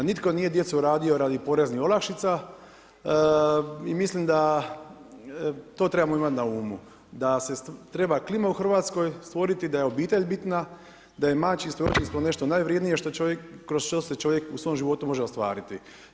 Nitko nije djecu radio radi poreznih olakšica i mislim da to trebamo imati na umu, da se treba klima u Hrvatskoj stvoriti, da je obitelj bitna, da je majčinstvo i očinstvo nešto najvrijednije što čovjek, kroz što se čovjek u svom životu može ostvariti.